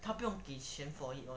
他不用给钱 for it [one]